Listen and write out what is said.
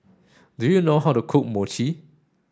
do you know how to cook Mochi